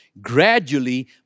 gradually